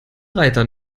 reiter